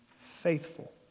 faithful